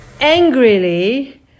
angrily